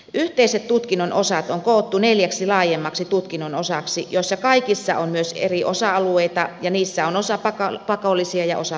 yhteiset tutkinnon osat on koottu neljäksi laajemmaksi tutkinnon osaksi joissa kaikissa on myös eri osa alueita ja niissä on osa pakollisia ja osa valinnaisia